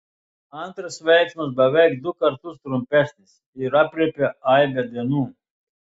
antras veiksmas beveik du kartus trumpesnis ir aprėpia aibę dienų